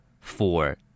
Four